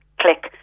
click